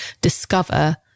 discover